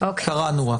רק קראנו.